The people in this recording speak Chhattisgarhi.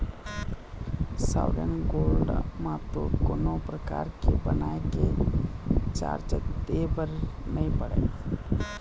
सॉवरेन गोल्ड म तो कोनो परकार के बनाए के चारज दे बर नइ पड़य